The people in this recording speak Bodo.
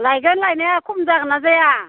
लायगोन लायनाया खम जागोनना जाया